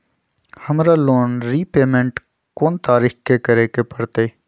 हमरा loan repayment कोन तारीख के करे के परतई?